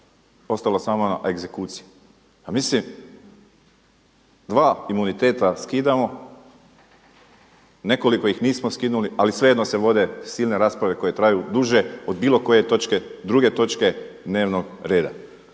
ostala je samo egzekucija. Pa mislim, dva imuniteta skidamo, nekoliko ih nismo skinuli ali svejedno se vode silne rasprave koje traju duže od bilo koje točke, druge točke dnevnog reda.